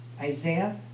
Isaiah